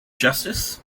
justice